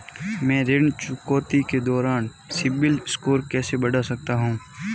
मैं ऋण चुकौती के दौरान सिबिल स्कोर कैसे बढ़ा सकता हूं?